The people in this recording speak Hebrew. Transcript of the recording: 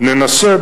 ננסה,